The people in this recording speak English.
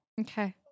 Okay